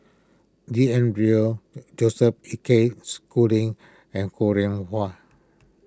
B N Rao Joseph A K Schooling and Ho Rih Hwa